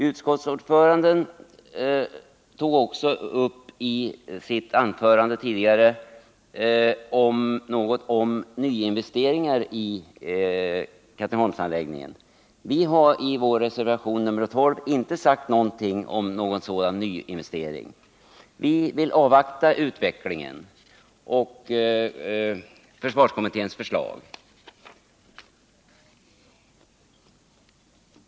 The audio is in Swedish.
Utskottsordföranden nämnde också i sitt tidigare anförande något om nyinvesteringar i Katrineholmsanläggningen. Vi har i vår reservation nr 12 inte sagt något om en sådan nyinvestering. Vi vill avvakta utvecklingen och försvarskommitténs förslag.